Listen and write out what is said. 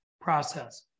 process